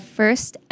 first